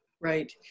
right